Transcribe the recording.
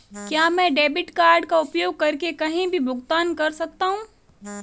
क्या मैं debit card का उपयोग करके कहीं भी भुगतान कर सकता हूं?